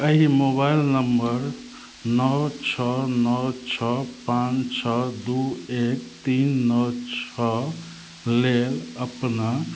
एहि mobile number नओ छओ नओ छओ पाॅंच छओ दू एक तीन नओ छओ लेल अपना